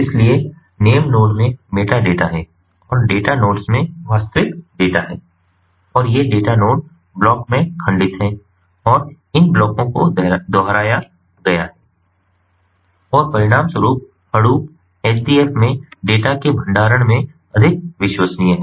इसलिए name node में metadata है और डेटा नोड्स में वास्तविक डेटा है और ये डेटा नोड ब्लॉक में खंडित हैं और इन ब्लॉकों को दोहराया गया है और परिणामस्वरूप Hadoop HDFs में डेटा के भंडारण में अधिक विश्वसनीयता है